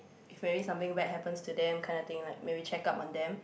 if very something bad happens to them kind of thing like maybe check up on them